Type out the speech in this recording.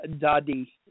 daddy